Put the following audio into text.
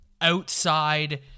outside